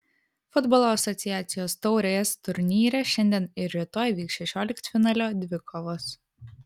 futbolo asociacijos taurės turnyre šiandien ir rytoj vyks šešioliktfinalio dvikovos